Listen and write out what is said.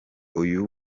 uyu